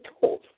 told